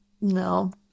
No